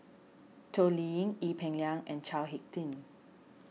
Toh Liying Ee Peng Liang and Chao Hick Tin